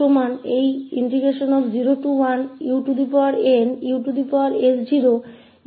तो यहां हम का परिचय दे रहे हैं अब हम इस दिशा में जा रहे हैं